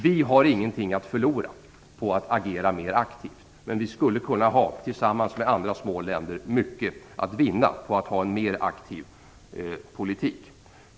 Vi har ingenting att förlora på att agera mer aktivt, men vi skulle, tillsammans med andra små länder, kunna ha mycket att vinna på att föra en mer aktiv politik.